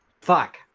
Fuck